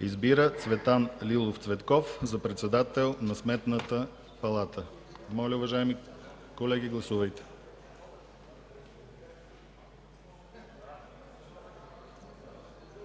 Избира Цветан Лилов Цветков за председател на Сметната палата”. Моля, уважаеми колеги, гласувайте.